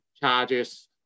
charges